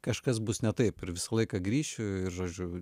kažkas bus ne taip ir visą laiką grįšiu ir žodžiu